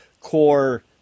core